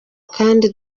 kandi